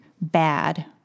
bad